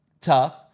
tough